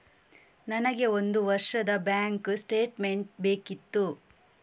ನನಗೆ ಒಂದು ವರ್ಷದ ಬ್ಯಾಂಕ್ ಸ್ಟೇಟ್ಮೆಂಟ್ ಬೇಕಿತ್ತು